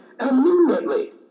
immediately